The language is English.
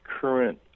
current